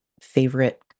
favorite